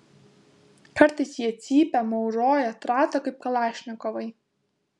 kartais jie cypia mauroja trata kaip kalašnikovai